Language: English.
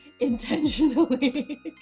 intentionally